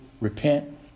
repent